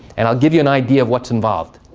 and i'll give you an idea of what's involved.